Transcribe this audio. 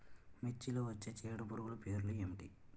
మిర్చిలో వచ్చే చీడపురుగులు పేర్లు ఏమిటి?